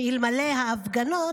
שאלמלא ההפגנות,